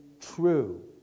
true